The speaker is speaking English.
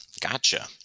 Gotcha